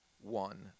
one